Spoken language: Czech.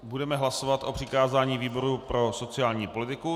Budeme hlasovat o přikázání výboru pro sociální politiku.